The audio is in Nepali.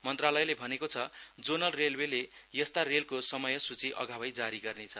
मन्त्रालयले भनेको छ जोनल रेलवेले यस्ता रेलको समय सूचि अघावै जारि गर्नेछ